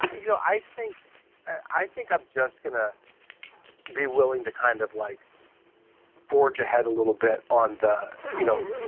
you know, i think i think i'm just going to be willing to kind of like forge ahead a little bit on the, you know,